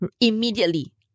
immediately